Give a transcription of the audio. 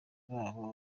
babo